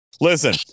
Listen